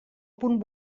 punt